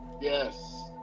Yes